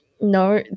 no